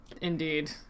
indeed